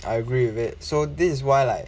I agree with it so this is why like